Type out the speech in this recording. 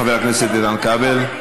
חבר הכנסת איתן כבל,